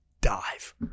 dive